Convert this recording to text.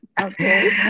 Okay